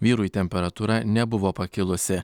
vyrui temperatūra nebuvo pakilusi